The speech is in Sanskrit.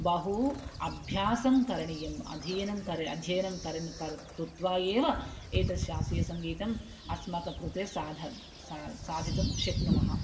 बहू अभ्यासं करणीयम् अध्ययनं कर अध्ययनं करण् कर् कृत्वा एव एतत् शास्त्रीयसङ्गीतम् अस्माकं कृते साध सा साधितुं शक्नुमः